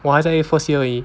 我还在 first year 而已